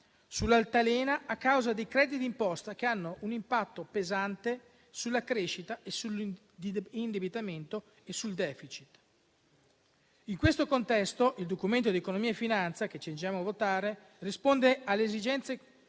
sull'altalena a causa dei crediti di imposta, che hanno un impatto pesante sulla crescita, sull'indebitamento e sul *deficit*. In questo contesto, il Documento di economia e finanza che ci accingiamo a votare risponde alle esigenze,